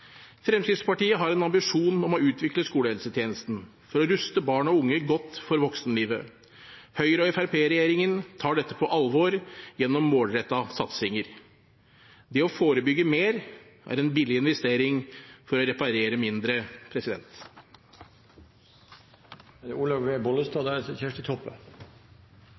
Fremskrittspartiet har en ambisjon om å utvikle skolehelsetjenesten for å ruste barn og unge godt for voksenlivet. Høyre–Fremskrittsparti-regjeringen tar dette på alvor, gjennom målrettede satsinger. Det å forebygge mer er en billig investering for å reparere mindre.